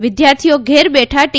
વિદ્યાર્થીઓ ઘેર બેઠાં ટી